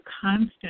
constant